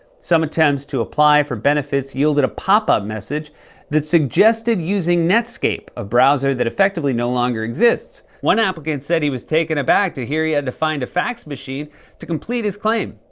some attempts to apply for benefits yielded a pop-up message that suggested using netscape, a browser that effectively no longer exists. one applicant said he was taken aback to hear he had to find a fax machine to complete his claim.